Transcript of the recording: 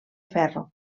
ferro